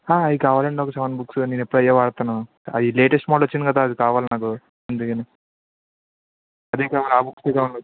అది కావాలండి ఒక సెవన్ బుక్స్ నేను ఎప్పుడైయే వాడతాను అది లేటెస్ట్ మోడల్ వచ్చింది కదా అది కావాలి నాకు అందుకనే అది కావాలి ఆ బుక్స్ ఏ కావాలి